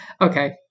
Okay